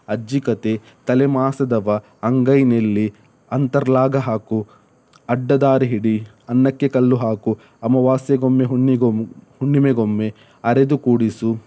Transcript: ಅಜ್ಜಿ ಕಥೆ ತಲೆಮಾಸದವ ಅಂಗೈನೆಲ್ಲಿ ಅಂತರ್ಲಾಗ ಹಾಕು ಅಡ್ಡದಾರಿ ಹಿಡಿ ಅನ್ನಕ್ಕೆ ಕಲ್ಲು ಹಾಕು ಅಮಾವಾಸ್ಯೆಗೊಮ್ಮೆ ಹುಣ್ಣಿಗೊ ಹುಣ್ಣಿಮೆಗೊಮ್ಮೆ ಅರೆದು ಕುಡಿಸು